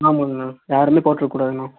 ஆமாங்கண்ணா யாருமே போட்டுருக்க கூடாதுண்ணா